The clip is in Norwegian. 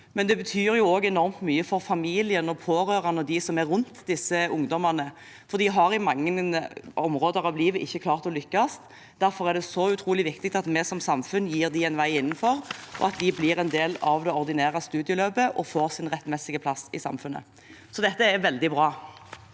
Det betyr også enormt mye for familiene, de pårørende og dem som er rundt, for disse ungdommene har på mange områder i livet ikke klart å lykkes. Derfor er det så utrolig viktig at vi som samfunn gir dem en vei inn, og at de blir en del av det ordinære studieløpet og får sin rettmessige plass i samfunnet. Dette er veldig bra.